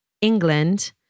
England